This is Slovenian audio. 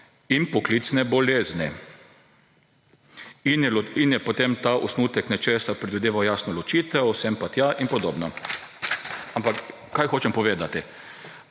in poklicne bolezni.« In je potem ta osnutek nečesa predvideval jasno ločitev, sem pa tja in podobno. Kaj hočem povedati?